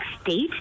state